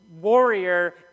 warrior